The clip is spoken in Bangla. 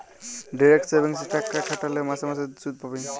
ডিরেক্ট সেভিংসে টাকা খ্যাট্যাইলে মাসে মাসে সুদ পাবেক